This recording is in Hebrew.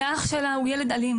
כי אח שלה הוא ילד אלים